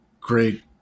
great